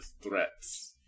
threats